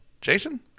Jason